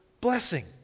blessing